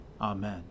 Amen